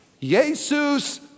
Jesus